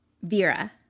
Vera